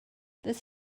this